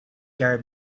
gary